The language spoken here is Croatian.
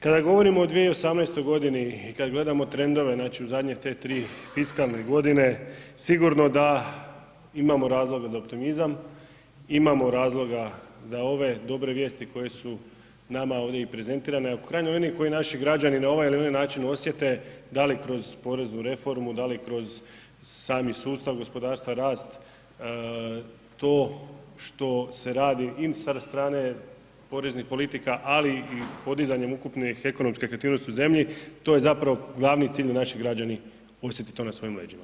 Kada govorimo od 2018. g. i kad gledamo trendove, znači u zadnje te 3 fiskalne godine, sigurno da imamo razloga za optimizam, imamo razloga da ove dobre vijesti koje su nama ovdje i prezentirane, a u krajnjoj liniji koji naši građani na ovaj ili na ovaj način osjete, da li kroz poreznu reformu, da li kroz sami sustav gospodarstva, rast, to što se radi ... poreznih politika ali i podizanjem ukupnih ekonomskih ... u zemlji, to je zapravo glavni cilj da naši građani osjete na svojim leđima.